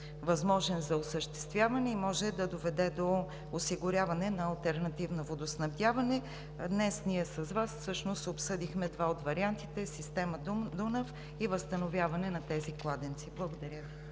възможен за осъществяване, и може да доведе до осигуряване на алтернативно водоснабдяване. Днес ние с Вас всъщност обсъдихме два от вариантите: система „Дунав“ и възстановяване на тези кладенци. Благодаря Ви.